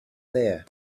there